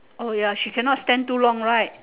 oh ya she cannot stand too long right